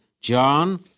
John